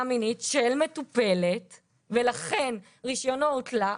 מינית של מטופלת ולכן רישיונו הותלה,